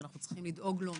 שאנחנו צריכים לדאוג לו מראש,